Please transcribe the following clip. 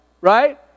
right